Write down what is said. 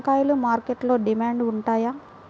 వంకాయలు మార్కెట్లో డిమాండ్ ఉంటాయా?